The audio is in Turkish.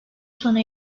sona